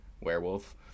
werewolf